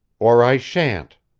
or i shan't.